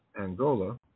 Angola